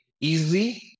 easy